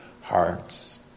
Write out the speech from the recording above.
hearts